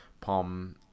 palm